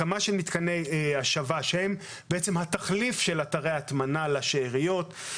הקמה של מתקני השבה שהם התחליף של אתרי הטמנה לשאריות,